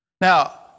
Now